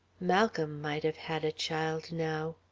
malcolm might have had a child now.